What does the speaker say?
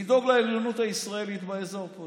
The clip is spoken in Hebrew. לדאוג לעליונות הישראלית באזור פה,